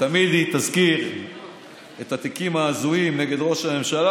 ותמיד היא תזכיר את התיקים ההזויים נגד ראש הממשלה,